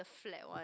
the flat one